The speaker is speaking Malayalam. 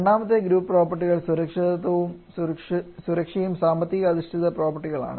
രണ്ടാമത്തെ ഗ്രൂപ്പ് പ്രോപ്പർട്ടികൾ സുരക്ഷയും സാമ്പത്തിക അധിഷ്ഠിത പ്രോപ്പർട്ടികൾ ആണ്